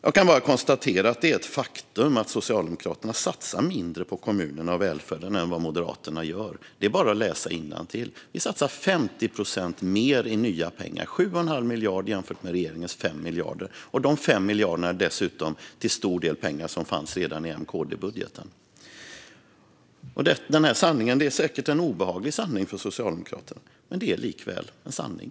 Jag kan bara konstatera att det är ett faktum att Socialdemokraterna satsar mindre på kommunerna och välfärden än vad Moderaterna gör. Det är bara att läsa innantill. Vi satsar 50 procent mer i nya pengar, 7 1⁄2 miljard jämfört med regeringens 5 miljarder - och de 5 miljarderna är dessutom till stor del pengar som fanns redan i M-KD-budgeten. Den sanningen är säkert en obehaglig sanning för Socialdemokraterna, men det är likväl en sanning.